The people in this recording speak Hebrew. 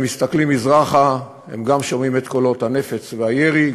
מסתכלים מזרחה הם שומעים את קולות הנפץ והירי,